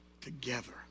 together